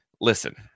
listen